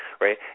right